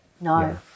No